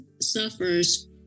suffers